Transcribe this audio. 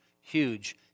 huge